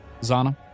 Zana